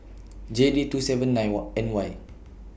J D two seven nine What N Y